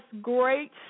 great